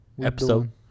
episode